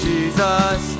Jesus